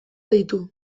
ditu